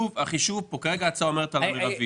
החישוב, כרגע ההצעה אומרת המירבי.